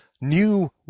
new